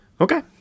Okay